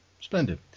splendid